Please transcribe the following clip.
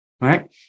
Right